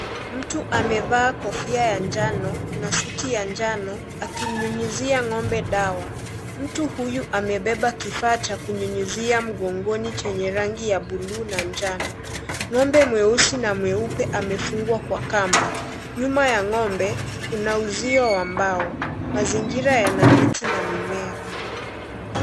Mtu amevaa kofia ya njano na suti ya njano akimnyunyuzia ng'ombe dawa. Mtu huyu amebeba kifaa cha kunyunyuzia mgongoni chenye rangi ya buluu na njano. Ng'ombe mweusi na mweupe amefungwa kwa kamba. Nyuma ya ng'ombe kuna uzio wa mbao. Mazingira yana miti na mimea.